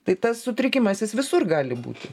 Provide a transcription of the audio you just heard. tai tas sutrikimas jis visur gali būti